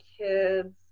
kids